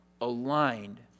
aligned